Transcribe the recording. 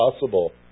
possible